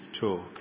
talk